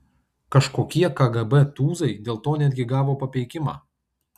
kažkokie kgb tūzai dėl to gal netgi gavo papeikimą